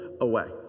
away